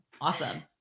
Awesome